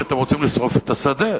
לשרוף את השדה,